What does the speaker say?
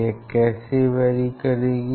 यह कैसे वैरी करेगी